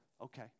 okay